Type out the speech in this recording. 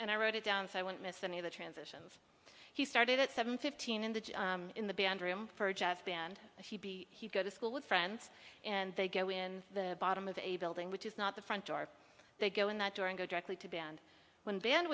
and i wrote it down so i won't miss any of the transitions he started at seven fifteen in the in the band room for a jazz band he go to school with friends and they go in the bottom of a building which is not the front door they go in the door and go directly to band when band